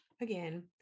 again